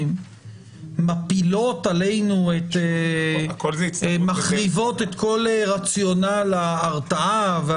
₪ מפילות עלינו או מחריבות את כל רציונל ההרתעה והגבייה.